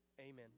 Amen